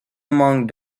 among